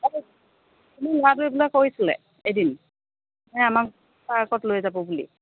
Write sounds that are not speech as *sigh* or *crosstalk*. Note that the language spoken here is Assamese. *unintelligible* ল'ৰাটোক বোলে কৈছিলে এদিন এই আমাক পাৰ্কত লৈ যাব বুলি